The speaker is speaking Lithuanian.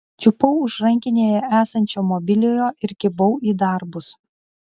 čiupau už rankinėje esančio mobiliojo ir kibau į darbus